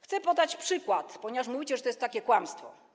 Chcę podać przykład, ponieważ mówicie, że to jest kłamstwo.